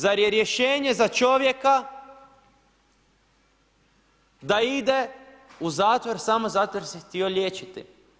Zar je rješenje za čovjeka da ide u zatvor samo zato jer se htio liječiti?